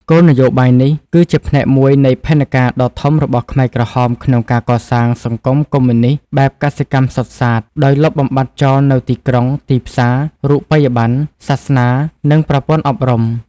គោលនយោបាយនេះគឺជាផ្នែកមួយនៃផែនការដ៏ធំរបស់ខ្មែរក្រហមក្នុងការកសាង សង្គមកុម្មុយនីស្តបែបកសិកម្មសុទ្ធសាធ ដោយលុបបំបាត់ចោលនូវទីក្រុង ទីផ្សារ រូបិយប័ណ្ណ សាសនា និងប្រព័ន្ធអប់រំ។